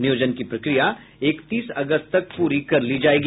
नियोजन की प्रक्रिया इकतीस अगस्त तक पूरी कर ली जायेगी